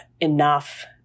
enough